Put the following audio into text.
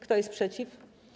Kto jest przeciw?